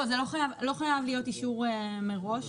זה לא חייב להיות אישור מראש.